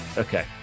Okay